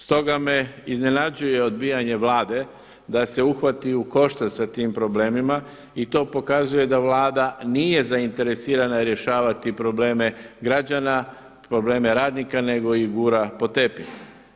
Stoga me iznenađuje odbijanje Vlade da se uhvati u koštac sa tim problemima i to pokazuje da Vlada nije zainteresirana rješavati probleme građana, probleme radnika nego ih gura pod tepih.